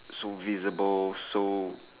so visible so